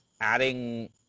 adding